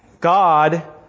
God